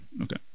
okay